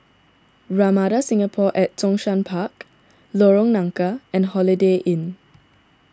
Ramada Singapore at Zhongshan Park Lorong Nangka and Holiday Inn